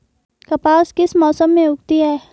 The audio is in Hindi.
कपास किस मौसम में उगती है?